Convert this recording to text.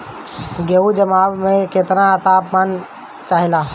गेहू की जमाव में केतना तापमान चाहेला?